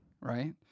right